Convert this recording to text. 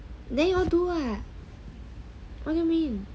then you all do ah what do you mean